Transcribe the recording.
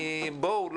ובואו,